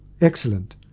excellent